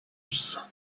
rose